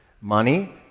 Money